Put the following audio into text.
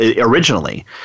originally